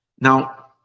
Now